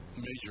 major